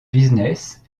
business